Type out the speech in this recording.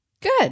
Good